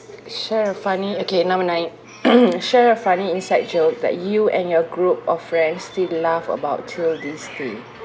share a funny okay number nine share a funny inside joke that you and your group of friends still laugh about till this day